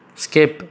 skip